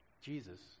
Jesus